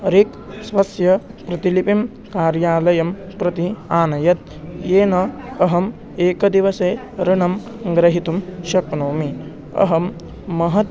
रीक् स्वस्य प्रतिलिपिं कार्यालयं प्रति आनयत् येन अहम् एकदिवसे ऋणं गृहीतुं शक्नोमि अहं महत्